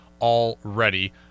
already